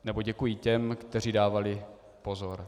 Nebo děkuji těm, kteří dávali pozor.